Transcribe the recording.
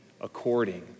according